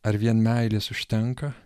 ar vien meilės užtenka